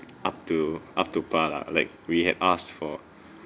up to up to part lah like we had asked for